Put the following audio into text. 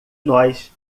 nós